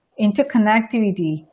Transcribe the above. interconnectivity